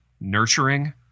nurturing